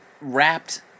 wrapped